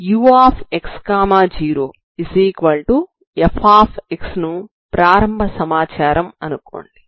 ux0f ను ప్రారంభ సమాచారం అనుకోండి